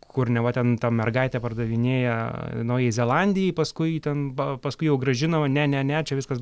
kur neva ten tą mergaitę pardavinėja naujajai zelandijai paskui ten va paskui jau grąžino ne ne ne čia viskas